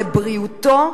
לבריאותו?